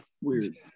Weird